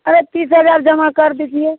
अरे तीस हज़ार जमा कर दीजिए